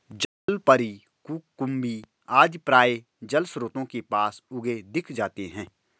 जलपरी, कुकुम्भी आदि प्रायः जलस्रोतों के पास उगे दिख जाते हैं